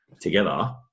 together